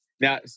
Now